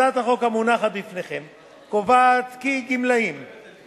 הצעת החוק המונחת בפניכם קובעת כי גמלאים שפרשו מחברת החשמל